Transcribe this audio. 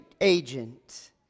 agent